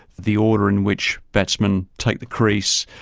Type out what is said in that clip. the order in which batsmen take the crease,